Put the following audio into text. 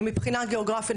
מבחינה גיאוגרפית,